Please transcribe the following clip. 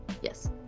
Yes